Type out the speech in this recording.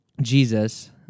Jesus